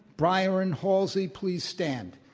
byron halsey, please stand.